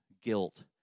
guilt